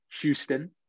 Houston